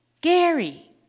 Gary